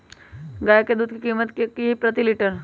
गाय के दूध के कीमत की हई प्रति लिटर?